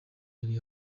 yari